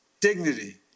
dignity